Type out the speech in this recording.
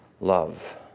love